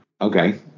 Okay